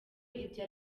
ibyo